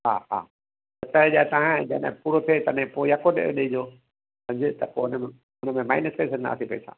हा हा सत हज़ार तव्हां या जॾहिं पूरो थिए तॾहिं पोइ यको ॾे ॾिजो पोइ त उन मां माईनस करे छॾींदासीं पेसा